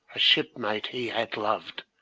a shipmate he had loved,